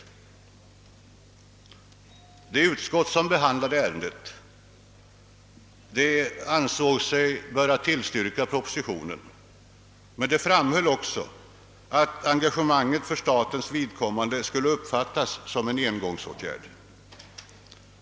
Det utskott som behandlade ärendet ansåg sig böra tillstyrka propositionen, men det framhöll också att engagemanget för statens vidkommande skulle uppfattas som en engångsåtgärd.